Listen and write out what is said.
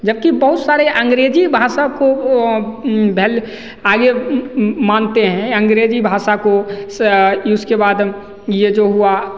जबकि बहुत सारे अंग्रेजी भाषा को बेल आगे मानते हैं अंग्रेजी भाषा को उसके बाद ये जो हुआ